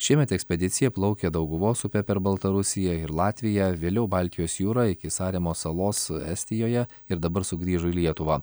šiemet ekspedicija plaukė dauguvos upe per baltarusiją ir latviją vėliau baltijos jūrą iki saremos salos estijoje ir dabar sugrįžo į lietuvą